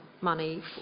money